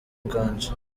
nganji